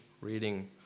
reading